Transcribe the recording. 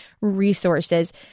resources